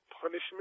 punishment